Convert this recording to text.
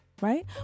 right